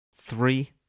Three